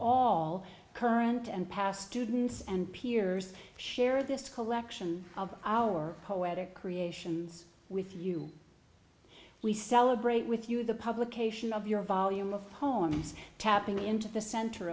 all current and past students and peers share this collection of our poetic creations with you we celebrate with you the publication of your volume of poems tapping into the center